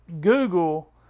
Google